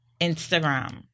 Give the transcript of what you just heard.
Instagram